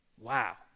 Wow